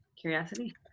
Curiosity